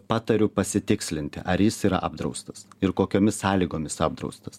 patariu pasitikslinti ar jis yra apdraustas ir kokiomis sąlygomis apdraustas